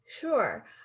Sure